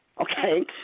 okay